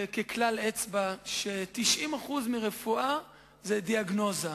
ככלל אצבע, ש-90% מהרפואה הם הדיאגנוזה.